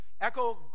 Echo